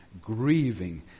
grieving